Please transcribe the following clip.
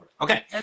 okay